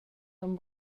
aunc